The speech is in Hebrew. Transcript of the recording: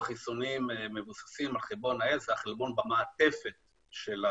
יש שאלות אתיות מאוד קשות על חשיפת מתנדבים